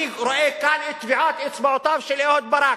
אני רואה כאן את טביעות אצבעותיו של אהוד ברק.